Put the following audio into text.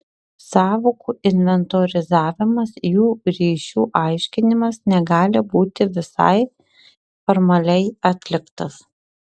sąvokų inventorizavimas jų ryšių aiškinimas negali būti visai formaliai atliktas